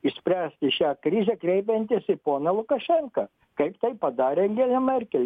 išspręsti šią krizę kreipiantis į poną lukašenką kaip tai padarė angelė merkel